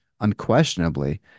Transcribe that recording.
unquestionably